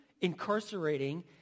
incarcerating